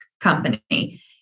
company